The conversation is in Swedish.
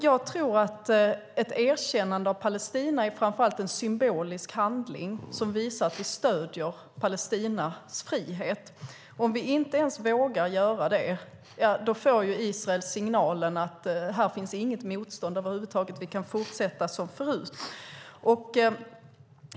Jag tror att ett erkännande av Palestina framför allt är en symbolisk handling som visar att vi stöder Palestinas frihet. Om vi inte ens vågar göra det får Israel signalen att här inte finns något motstånd över huvud taget, att man kan fortsätta som förut.